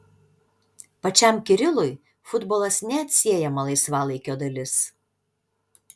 pačiam kirilui futbolas neatsiejama laisvalaikio dalis